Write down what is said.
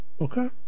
Okay